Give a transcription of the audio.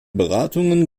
beratungen